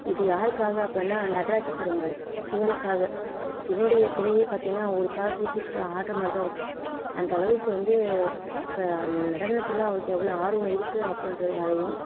இது யாருக்காக அப்பிடின்னா நட்ராஜ பெருமாள் சிவனுக்காக சிவனுடைய சிலையே பார்த்தீங்கன்னா ஒரு காலை தூக்கி வெச்சுட்டு ஆடுற மாதிரி தான் இருக்கும் அந்தளவுக்கு வந்து அப்போ நடனத்தில் அவருக்கு எவ்வளோ ஆர்வம் இருக்குது அப்பிடின்றதுனாலையும்